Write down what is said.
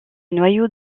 noyau